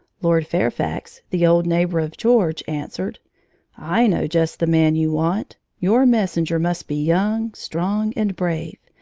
lord fairfax, the old neighbor of george, answered i know just the man you want. your messenger must be young, strong, and brave.